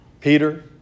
Peter